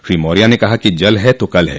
श्री मौर्य ने कहा कि जल है तो कल है